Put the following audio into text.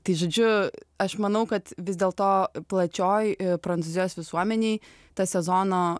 tai žodžiu aš manau kad vis dėl to plačioj prancūzijos visuomenėj tas sezono